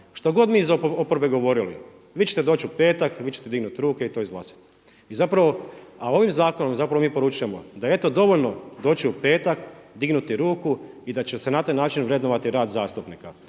što god mi iz oporbe govorili, vi ćete doći u petak, vi ćete dignuti ruke i to izglasati. I zapravo, a ovim zakonom zapravo mi poručujemo da eto dovoljno doći u petak, dignuti ruku i da će se na taj način vrednovati rad zastupnika.